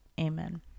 amen